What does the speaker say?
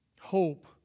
Hope